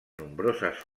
nombroses